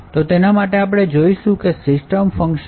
તો માટે આપણે જે જોઇશું તે છે system function